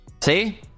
See